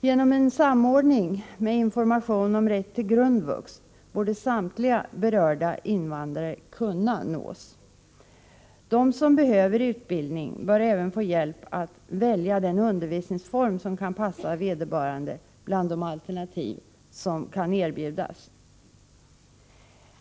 Genom en samordning med information om rätt till grundvux borde samtliga berörda invandrare kunna nås. De som behöver utbildning bör även få hjälp att välja den undervisningsform som kan passa vederbörande bland de alternativ som kan erbjudas.